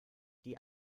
die